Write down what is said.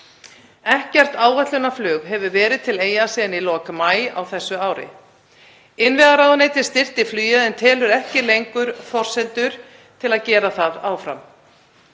Ekkert áætlunarflug hefur verið til Eyja síðan í lok maí á þessu ári. Innviðaráðuneytið styrkti flugið en telur ekki forsendur til að gera það áfram.